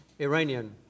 Iranian